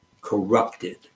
Corrupted